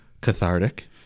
cathartic